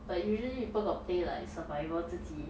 but usually people got play like survival 自己